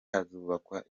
hazubakwa